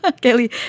Kelly